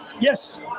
Yes